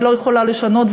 אני לא יכולה לשנות,